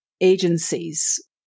agencies